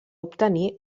obtenir